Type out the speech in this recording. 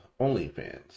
OnlyFans